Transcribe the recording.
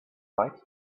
fight